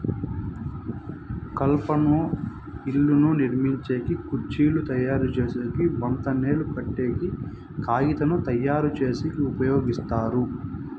కలపను ఇళ్ళను నిర్మించేకి, కుర్చీలు తయరు చేసేకి, వంతెనలు కట్టేకి, కాగితంను తయారుచేసేకి ఉపయోగిస్తారు